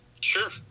Sure